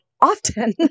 often